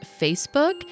Facebook